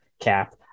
cap